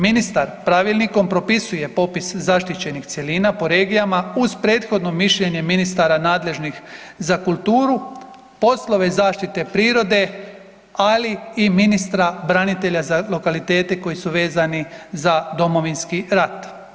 Ministar pravilnikom popisuje popis zaštićenih cjelina po regijama uz prethodno mišljenje ministara nadležnih za kulturu, poslove zaštite prirode, ali i ministra branitelja za lokalitete koji su vezani za Domovinski rat.